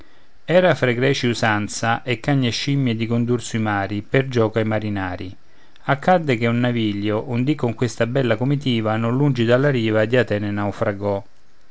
era fra i greci usanza e cani e scimie di condur sui mari per gioco ai marinari accadde che un navilio un dì con questa bella comitiva non lungi dalla riva di atene naufragò